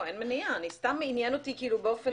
עניין אותי.